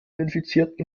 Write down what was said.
infizierten